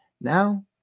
Now